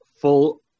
full